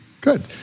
Good